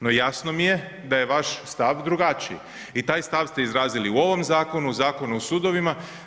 No jasno mi je da je vaš stav drugačiji i taj stav ste izrazili u ovom zakonu, Zakonu o sudovima.